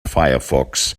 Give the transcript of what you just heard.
firefox